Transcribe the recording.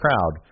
crowd